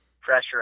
pressure